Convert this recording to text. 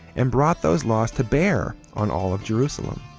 and brought those laws to bear on all of jerusalem.